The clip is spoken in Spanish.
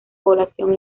población